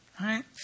right